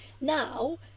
now